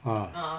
ah